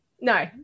no